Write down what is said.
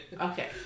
okay